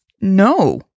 No